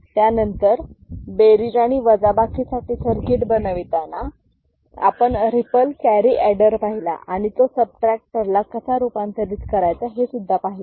आणि त्यानंतर बेरीज आणि वजाबाकी साठी सर्किट बनविताना आपण रिपल कॅरी एडर पाहिला आणि तो सबट्रॅक्टरला कसा रूपांतरित करायचा ते सुद्धा पाहिले